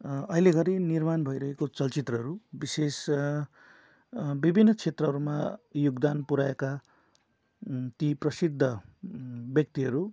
अहिले घरि निर्माण भइरहेको चलचित्रहरू विशेष विभिन्न क्षेत्रहरूमा योगदान पुर्याएका ती प्रसिद्ध व्यक्तिहरू